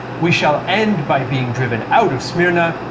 we shall end by being driven out of smyrna,